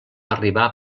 arribar